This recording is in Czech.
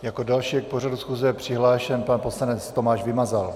Jako další je k pořadu schůze přihlášen pan poslanec Tomáš Vymazal.